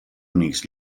únics